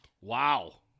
Wow